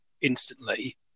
instantly